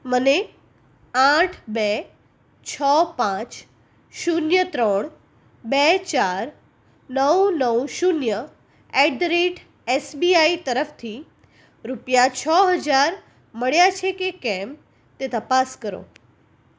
મને આઠ બે છ પાંચ શૂન્ય ત્રણ બે ચાર નવ નવ શૂન્ય એટ ધ રેટ એસબીઆઇ તરફથી રૂપિયા છ હજાર મળ્યાં છે કે કેમ તે તપાસ કરો